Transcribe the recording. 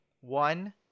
one